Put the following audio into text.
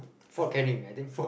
Fort-Canning I think